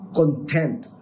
content